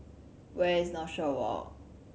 where is Northshore Walk